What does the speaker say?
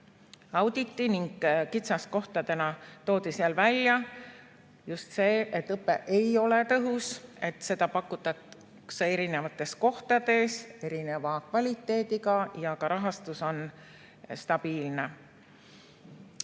auditi ning kitsaskohtadena toodi seal välja just see, et õpe ei ole tõhus, et seda pakutakse erinevates kohtades erineva kvaliteediga ja ka rahastus on [eba]stabiilne.